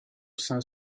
cinq